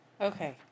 Okay